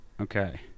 Okay